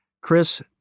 Chris